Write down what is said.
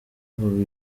ubu